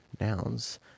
nouns